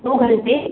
दो घंटे